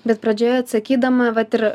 bet pradžioje atsakydama vat ir